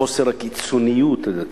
חוסר הקיצוניות הדתית,